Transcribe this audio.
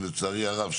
שלצערי הרב,